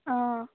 অঁ